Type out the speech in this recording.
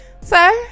sir